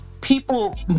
people